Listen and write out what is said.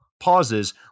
pauses